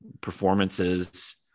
performances